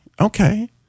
okay